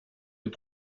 est